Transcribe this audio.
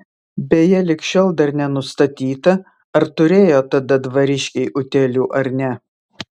beje lig šiol dar nenustatyta ar turėjo tada dvariškiai utėlių ar ne